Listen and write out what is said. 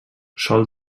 sol